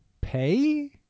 pay